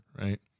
right